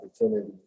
opportunity